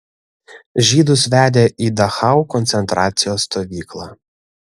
žydus vedė į dachau koncentracijos stovyklą